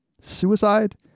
Suicide